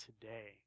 today